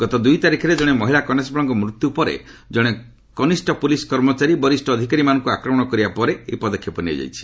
ଗତ ଦୁଇ ତାରିଖରେ ଜଣେ ମହିଳା କନେଷବଳଙ୍କ ମୃତ୍ୟୁ ପରେ ଜଣେ କନିଷ୍ଟ ପୁଲିସ୍ କର୍ମଚାରୀ ବରିଷ୍ଣ ଅଧିକାରୀମାନଙ୍କୁ ଆକ୍ରମଣ କରିବା ପରେ ଏହି ପଦକ୍ଷେପ ନିଆଯାଇଛି